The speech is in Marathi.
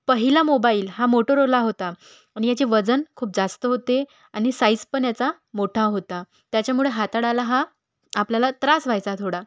पहिला मोबाईल हा मोटोरोला होता आणि याचे वजन खूप जास्त होते आणि साईझ पण याचा मोठा होता त्याच्यामुळे हाताळायला हा आपल्याला त्रास व्हायचा थोडा